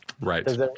Right